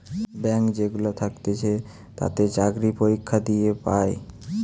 bank যেগুলা থাকতিছে তাতে চাকরি পরীক্ষা দিয়ে পায়